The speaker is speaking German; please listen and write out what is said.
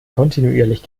kontinuierlich